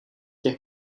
těch